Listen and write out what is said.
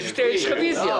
יש על כך רוויזיה.